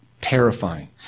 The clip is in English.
Terrifying